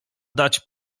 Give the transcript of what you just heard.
dać